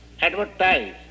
advertise